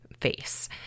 face